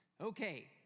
Okay